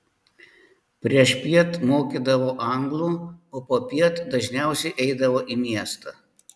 priešpiet mokydavo anglų o popiet dažniausiai eidavo į miestą